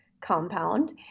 Compound